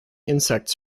insects